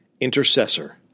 Intercessor